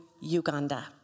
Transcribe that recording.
Uganda